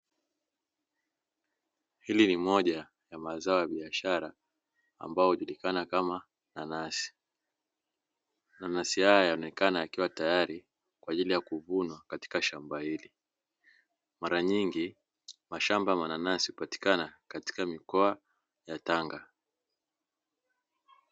Hili ni moja ya mazao ya biashara ambalo hujulikana Kama mananasi haya yanaonekana yakiwa tayari kwa ajili ya kuvunwa katika shamba hili. Mara nyingi mashamba ya mananasi hupatikana Mkoa wa Tanga.